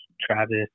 Travis